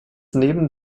neben